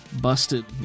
busted